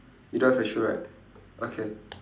you don't have the shoe right okay